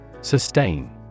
Sustain